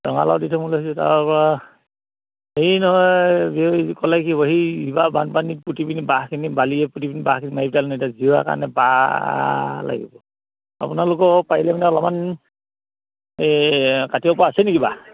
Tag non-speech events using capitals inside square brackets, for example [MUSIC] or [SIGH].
[UNINTELLIGIBLE] বানপানীত [UNINTELLIGIBLE] বাঁহখিনি বালিয়ে পুতি পিনি বাঁহখিনি [UNINTELLIGIBLE] এতিয়া [UNINTELLIGIBLE] লাগিব আপোনালোকক পাৰিলে মানে অলপমান এই কাটিব পৰা আছে নেকি বাঁহ